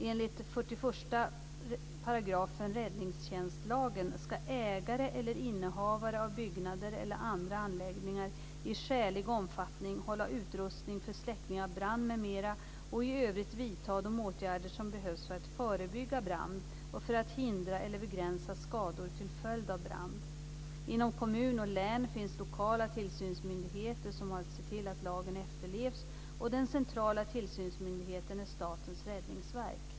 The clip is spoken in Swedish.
Enligt 41 § räddningstjänstlagen ska ägare eller innehavare av byggnader eller andra anläggningar i skälig omfattning hålla utrustning för släckning av brand m.m. och i övrigt vidta de åtgärder som behövs för att förebygga brand och för att hindra eller begränsa skador till följd av brand. Inom kommun och län finns lokala tillsynsmyndigheter som har att se till att lagen efterlevs. Den centrala tillsynsmyndigheten är Statens räddningsverk.